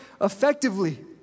effectively